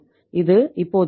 இது இப்போது 1